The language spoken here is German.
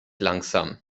langsam